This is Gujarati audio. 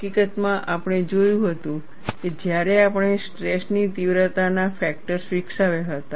હકીકતમાં આપણે જોયું હતું કે જ્યારે આપણે સ્ટ્રેસ ની તીવ્રતાના ફેક્ટર્સ વિકસાવ્યા હતા